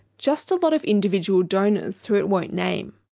just a lot of individual donors who it won't name.